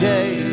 Day